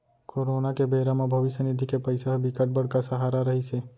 corona के बेरा म भविस्य निधि के पइसा ह बिकट बड़का सहारा रहिस हे